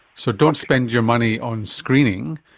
so don't spend your money on screening,